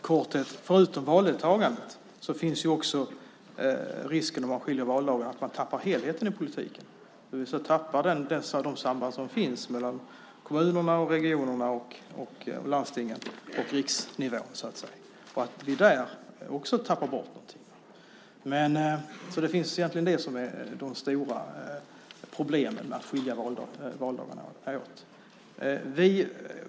Fru talman! Förutom valdeltagandet finns ju också risken, om vi skiljer valdagarna, att man tappar helheten i politiken, att man tappar de samband som finns mellan kommunerna, regionerna och landstingen samt riksnivån. Detta är egentligen de stora problemen med att skilja valdagarna åt.